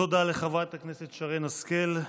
תודה לחברת הכנסת שרן השכל.